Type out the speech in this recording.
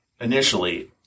initially